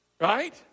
Right